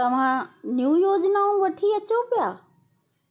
तव्हां नयूं योजनाऊं वठी अचो पिया